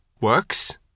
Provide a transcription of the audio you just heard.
works